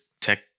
tech